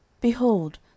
Behold